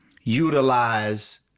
utilize